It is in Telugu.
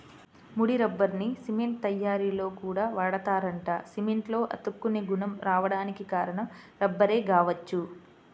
ముడి రబ్బర్ని సిమెంట్ తయ్యారీలో కూడా వాడతారంట, సిమెంట్లో అతుక్కునే గుణం రాడానికి కారణం రబ్బరే గావచ్చు